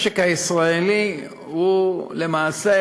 המשק הישראלי הוא למעשה,